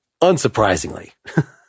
unsurprisingly